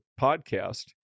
podcast